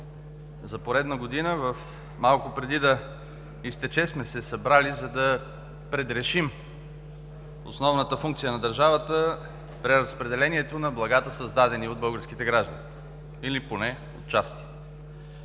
За поредна година, малко преди да изтече, сме се събрали, за да предрешим основната функция на държавата при разпределението на благата, създадени от българските граждани или поне отчасти.